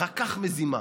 רקח מזימה.